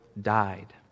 died